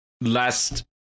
last